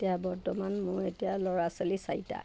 এতিয়া বৰ্তমান মোৰ এতিয়া ল'ৰা ছোৱালী চাৰিটা